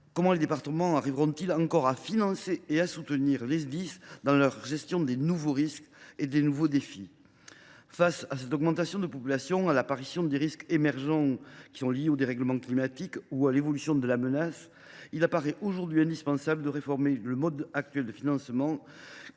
comment les départements pourront ils encore financer et soutenir les Sdis dans leur gestion des nouveaux défis et des nouveaux risques ? Face à l’augmentation de la population et à l’émergence de risques liés au dérèglement climatique ou à l’évolution de la menace, il apparaît aujourd’hui indispensable de réformer le mode actuel de financement